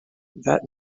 that